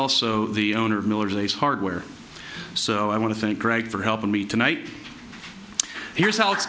also the owner of miller's ace hardware so i want to thank greg for helping me tonight here's